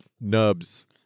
Nubs